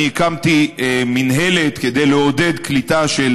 אני הקמתי מינהלת כדי לעודד קליטה של